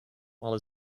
while